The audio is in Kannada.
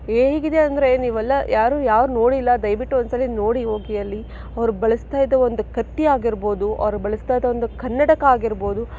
ಹೇಗಿದೆ ಅಂದರೆ ನೀವೆಲ್ಲ ಯಾರು ಯಾರು ನೋಡಿಲ್ಲ ದಯವಿಟ್ಟು ಒಂದ್ಸರಿ ನೋಡಿ ಹೋಗಿ ಅಲ್ಲಿ ಅವ್ರು ಬಳಸ್ತಾ ಇದ್ದ ಒಂದು ಕತ್ತಿ ಆಗಿರ್ಬೋದು ಅವ್ರು ಬಳಸ್ತಾ ಇದ್ದ ಒಂದು ಕನ್ನಡಕ ಆಗಿರ್ಬೋದು